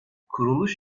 kuruluş